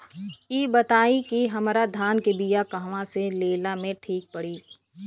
इ बताईं की हमरा धान के बिया कहवा से लेला मे ठीक पड़ी?